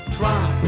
try